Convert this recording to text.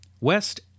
West